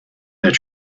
their